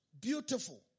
beautiful